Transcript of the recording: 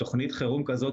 תוכנית חירום כזו,